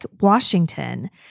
Washington